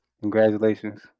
Congratulations